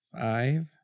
five